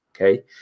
Okay